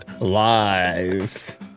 Live